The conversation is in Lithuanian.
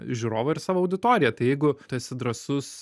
žiūrovą ir savo auditoriją tai jeigu tu esi drąsus